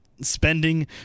spending